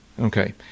Okay